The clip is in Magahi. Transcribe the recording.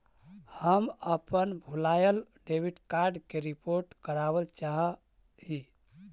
हम अपन भूलायल डेबिट कार्ड के रिपोर्ट करावल चाह ही